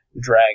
drag